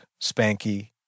Spanky